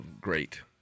Great